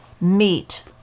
meat